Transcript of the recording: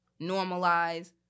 normalize